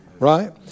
Right